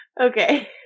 Okay